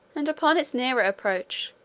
and upon its nearer approach,